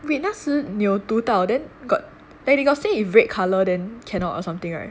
wait 那时你有读到 then got they got say if red colour then cannot or something [right]